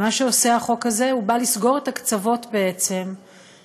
חוק זכויות נפגעי עבירה.